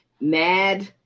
mad